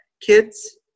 kids